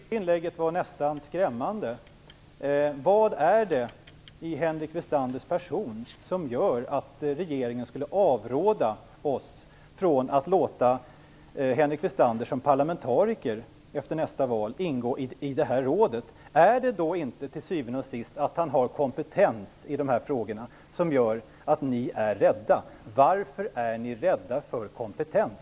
Herr talman! Jag tycker att det sista inlägget nästan var skrämmande. Vad är det i Henrik Westanders person som gör att regeringen skulle avråda oss från att låta Henrik Westander ingå i det här rådet som parlamentariker efter nästa val? Är det då inte till syvende och sist att han har kompetens i dessa frågor som gör att ni är rädda? Varför är ni rädda för kompetens?